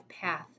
path